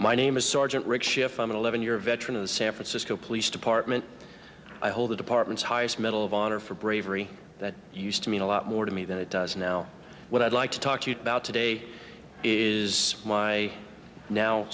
an eleven year veteran of the san francisco police department i hold the department's highest medal of honor for bravery that used to mean a lot more to me than it does now what i'd like to talk to you about today is my now